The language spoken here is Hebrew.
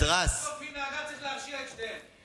צריך להרשיע את שניהם.